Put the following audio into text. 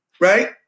right